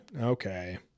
okay